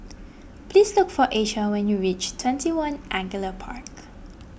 please look for Asia when you reach twenty one Angullia Park